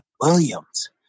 Williams